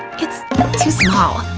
it's too small,